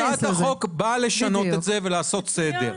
הצעת החוק באה לשנות את זה ולעשות סדר.